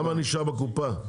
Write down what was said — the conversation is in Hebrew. כמה נשאר בקופה?